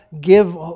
give